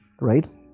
right